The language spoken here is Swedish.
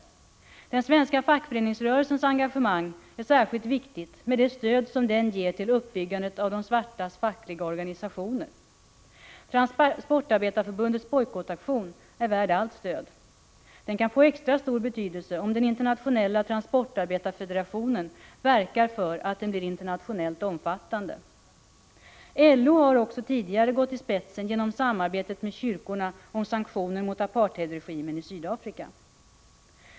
Den svenska fackföreningsrörelsens engagemang är särskilt viktigt med det stöd den ger till uppbyggandet av de svartas fackliga organisationer. Transportarbetareförbundets bojkottaktion är värd allt stöd. Den kan få extra stor betydelse om Internationella transportarbetarfederationen verkar för att den blir internationellt omfattande. LO har också tidigare gått i spetsen genom samarbetet med kyrkorna om sanktioner mot apartheidregimen i Sydafrika.